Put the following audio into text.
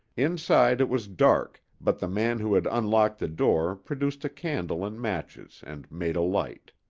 inside it was dark, but the man who had unlocked the door produced a candle and matches and made a light.